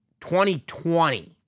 2020